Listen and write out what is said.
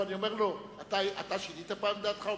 ואני אומר לו, אתה שינית פעם את דעתך?